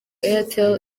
airtel